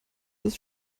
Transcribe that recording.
ist